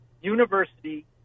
university